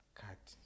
cut